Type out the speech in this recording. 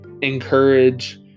encourage